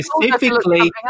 Specifically